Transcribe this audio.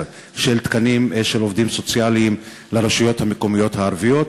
של תקנים של עובדים סוציאליים לרשויות המקומיות הערבית.